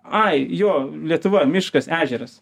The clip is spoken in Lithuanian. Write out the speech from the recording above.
ai jo lietuva miškas ežeras